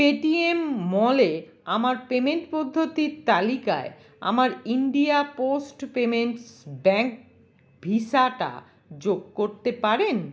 Paytm মলে আমার payment পদ্ধতির তালিকায় আমার ইন্ডিয়া পোস্ট পেমেন্টস ব্যাংক ভিসাটা যোগ করতে পারেন